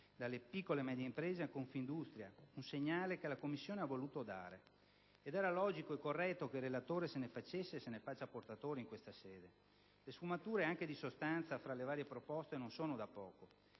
dalle piccole e medie imprese a Confindustria. La Commissione ha voluto dare un segnale; era logico e corretto che il relatore se ne facesse e se ne faccia portatore in questa sede. Le sfumature, anche di sostanza, fra le varie proposte non sono da poco.